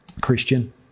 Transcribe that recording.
Christian